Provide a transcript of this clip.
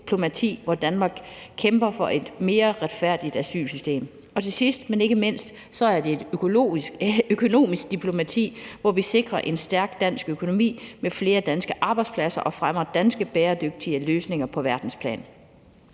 hvor Danmark kæmper for et mere retfærdigt asylsystem. Til sidst, men ikke mindst, er det et økonomisk diplomati, hvor vi sikrer en stærk dansk økonomi med flere danske arbejdspladser og fremmer danske bæredygtige løsninger på verdensplan.